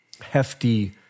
hefty